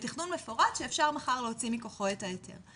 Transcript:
בתכנון מפורט שאפשר להוציא מתוכו את ההיתר,